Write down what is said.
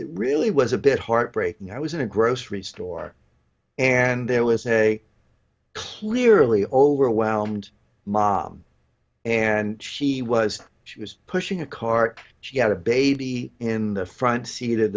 it really was a bit heartbreaking i was in a grocery store and there was a clearly overwhelmed mom and she was she was pushing a cart she had a baby in the front seat of